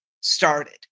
started